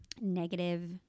negative